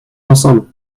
ensemble